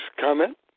Comment